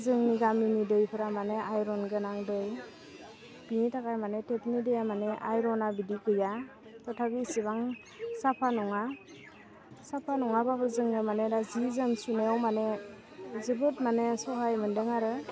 जोंनि गामिनि दैफ्रा माने आइर'न गोनां दै बिनि थाखाय माने टेपनि दैया माने आइर'ना बिदि गैया थेवब्लाबो इसिबां साफा नङा साफा नङाबाबो जोङो माने दा जि जोम सुनायाव माने जोबोद माने सहाय मोनदों आरो